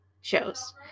shows